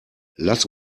lass